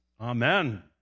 Amen